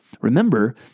Remember